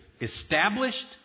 established